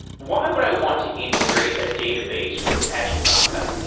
why would i want to integrate a database with apache kafka?